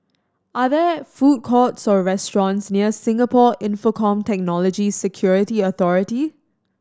are there food courts or restaurants near Singapore Infocomm Technology Security Authority